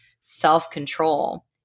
self-control